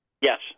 Yes